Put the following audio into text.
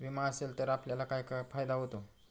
विमा असेल तर आपल्याला काय फायदा होतो?